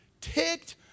ticked